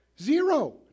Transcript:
Zero